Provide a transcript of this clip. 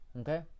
Okay